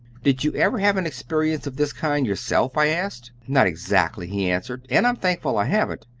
did you ever have an experience of this kind yourself i asked. not exactly, he answered, and i'm thankful i haven't,